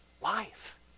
life